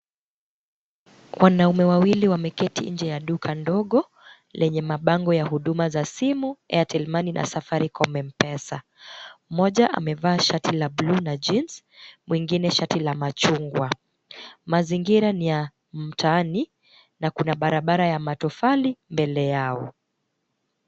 Wanaume wawili wameketi nje ya duka lenye mabango ya huduma za simu, Airtel Money na Safaricom M-pesa. Mmoja amevaa shati la bluu na jeans mwingine shati la machungwa. Mazingira ni ya mtaani na kuna barabara ya matofali mbele yao.